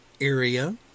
area